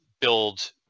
build